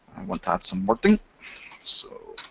want add some wording so,